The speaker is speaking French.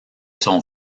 son